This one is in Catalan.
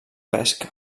pesca